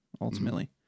Ultimately